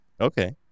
Okay